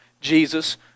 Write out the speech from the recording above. Jesus